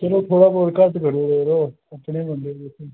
चलो थोह्ड़ा बहोत घट्ट करो किश अपना दिंदे